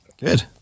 Good